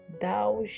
thou